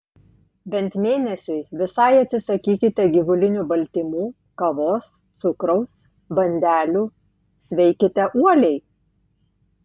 bent mėnesiui visai atsisakykite gyvulinių baltymų kavos cukraus bandelių sveikite uoliai